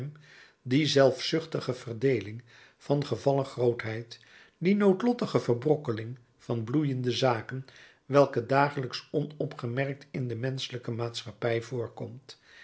die zelfzuchtige verdeeling van gevallen grootheid die noodlottige verbrokkeling van bloeiende zaken welke dagelijks onopgemerkt in de menschelijke maatschappij voorkomt